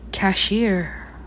cashier